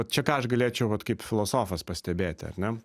čia ką aš galėčiau vat kaip filosofas pastebėti ar ne